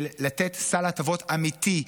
של מתן סל הטבות אמיתי,